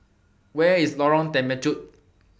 Where IS Lorong Temechut